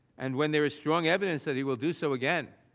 and when there is strong evidence that he will do so again.